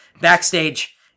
backstage